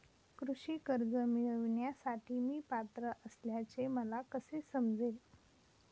कृषी कर्ज मिळविण्यासाठी मी पात्र असल्याचे मला कसे समजेल?